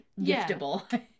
giftable